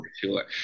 sure